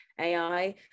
AI